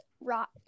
rock